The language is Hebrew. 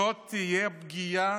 זאת תהיה פגיעה